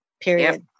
period